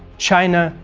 china,